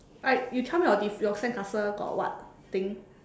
alright you tell me your diff~ your sandcastle got what thing